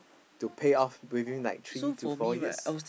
to pay off within like three to four years